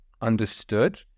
understood